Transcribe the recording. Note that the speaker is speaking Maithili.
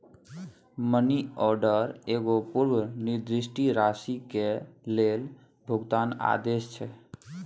मनी ऑर्डर एगो पूर्व निर्दिष्ट राशि के लेल भुगतान आदेश छै